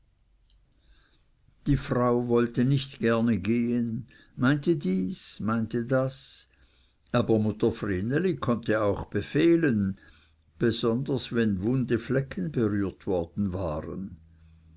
die frau wollte nicht gerne gehen meinte dies meinte das aber mutter vreneli konnte auch befehlen besonders wenn wunde flecken berührt worden waren